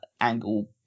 Angle